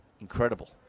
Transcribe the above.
Incredible